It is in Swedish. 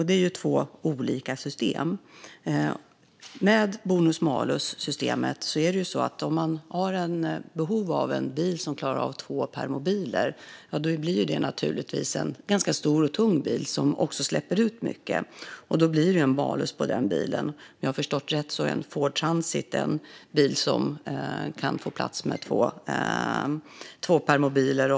Det är två olika system. Med bonus-malus gäller följande. Om man har behov av en bil som klarar att ta två permobiler blir det naturligtvis en stor och tung bil som också släpper ut mycket. Då blir det en malus på den bilen. Om jag har förstått rätt är Ford Transit en bil som kan ta två permobiler.